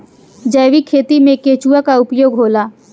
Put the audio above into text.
जैविक खेती मे केचुआ का उपयोग होला?